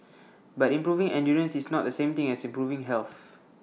but improving endurance is not the same thing as improving health